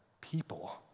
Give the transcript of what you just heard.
people